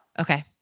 Okay